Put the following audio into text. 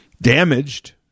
damaged